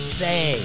say